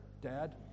Dad